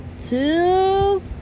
two